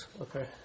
Okay